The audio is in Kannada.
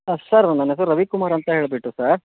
ಹಾಂ ಸರ್ರ್ ನನ್ನ ಹೆಸರು ರವಿಕುಮಾರ್ ಅಂತ ಹೇಳಿಬಿಟ್ಟು ಸರ್